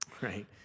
Right